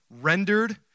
rendered